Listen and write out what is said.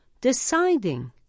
deciding